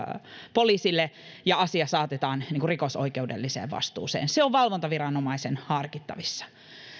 poliisille ja asia saatetaan rikosoikeudelliseen vastuuseen se on valvontaviranomaisen harkittavissa